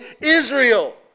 Israel